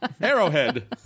Arrowhead